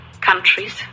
countries